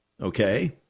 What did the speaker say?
Okay